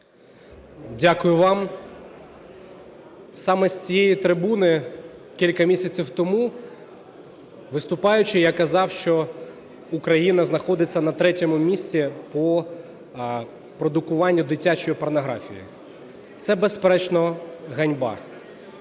Дякую вам. Саме з цієї трибуни, кілька місяців тому виступаючи, я казав, що Україна знаходиться на третьому місці по продукуванню дитячої порнографії. Це, безперечно, ганьба.